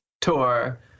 tour